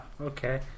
Okay